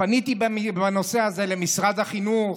פניתי למשרד החינוך,